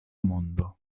mondo